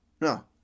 no